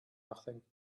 nothing